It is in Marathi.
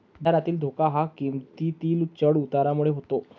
बाजारातील धोका हा किंमतीतील चढ उतारामुळे होतो